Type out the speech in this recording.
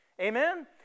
Amen